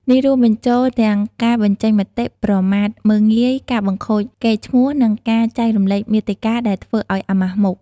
នេះរួមបញ្ចូលទាំង ការបញ្ចេញមតិប្រមាថមើលងាយ ការ បង្ខូចកេរ្តិ៍ឈ្មោះ និងការ ចែករំលែកមាតិកាដែលធ្វើឲ្យអាម៉ាស់មុខ។